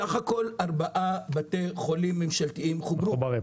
סך הכול ארבעה בתי חולים ממשלתיים חוברו.